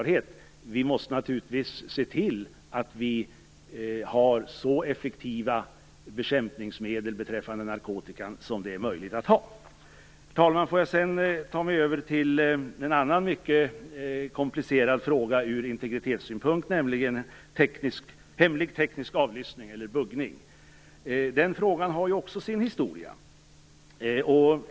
Vi måste se till att vi har så effektiva bekämpningsmedel som möjligt mot narkotikan - det är i och för sig en självklarhet. Jag skall sedan ta mig över till en annan mycket komplicerad fråga ur integritetssynpunkt, nämligen hemlig teknisk avlyssning, eller buggning. Den frågan har också sin historia.